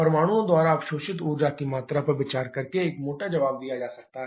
परमाणुओं द्वारा अवशोषित ऊर्जा की मात्रा पर विचार करके एक मोटा जवाब दिया जा सकता है